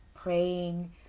praying